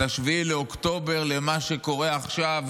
את 7 באוקטובר למה שקורה עכשיו